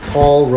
Paul